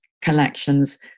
collections